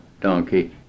donkey